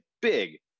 big